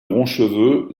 roncheveux